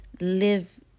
live